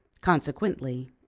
Consequently